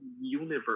universe